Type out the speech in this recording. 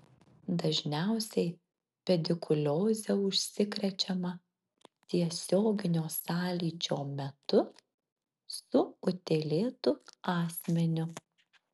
dažniausiai pedikulioze užsikrečiama tiesioginio sąlyčio metu su utėlėtu asmeniu